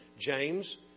James